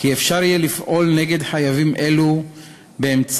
שאפשר יהיה לפעול נגד חייבים אלו באמצעות